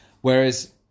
Whereas